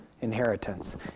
inheritance